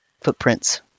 Footprints